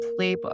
playbook